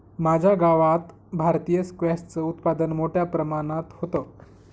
माझ्या गावात भारतीय स्क्वॅश च उत्पादन खूप मोठ्या प्रमाणात होतं